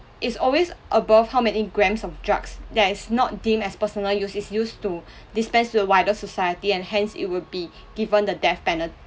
is always above how many grams of drugs that is not deemed as personal use is used to dispense to the wider society and hence it would be given the death penal~